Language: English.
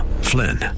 Flynn